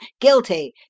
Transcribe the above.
Guilty